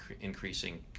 increasing